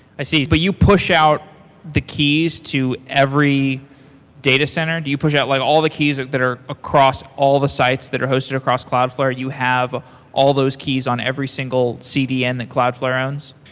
i see, but you push out the keys to every data center. do you push out like all the keys that are across all the sites that are hosted across cloudflare? you have all those keys on every single cdn that cloudflare has? so